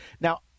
Now